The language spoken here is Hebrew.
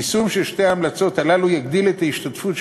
יישום של שתי ההמלצות הללו יגדיל את ההשתתפות של